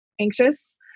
anxious